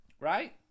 Right